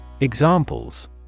Examples